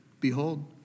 Behold